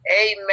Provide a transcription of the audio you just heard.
Amen